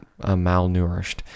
malnourished